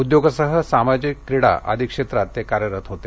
उद्योगासह सामाजिक क्रीडा आदी क्षेत्रांत ते कार्यरत होते